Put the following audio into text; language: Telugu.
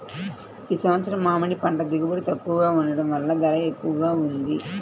ఈ సంవత్సరం మామిడి పంట దిగుబడి తక్కువగా ఉండటం వలన ధర ఎక్కువగా ఉంది